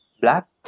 Black